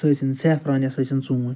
سُہ ٲسِن سیفران یا سُہ ٲسِن ژھوٗنٛٹھۍ